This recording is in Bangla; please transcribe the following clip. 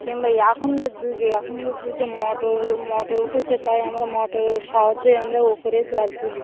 কিংবা এখনকার যুগে এখনকার যুগে মোটর মোটর উঠেছে তাই আমরা মোটরের সাহায্যে আমরা ওপরে জল তুলি